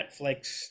Netflix